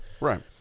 Right